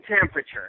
temperature